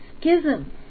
schism